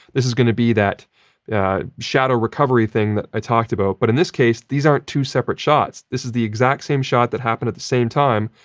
this is going to be that shadow recovery thing that i talked about, but in this case, these aren't two separate shots. this is the exact same shot that happened at the same time.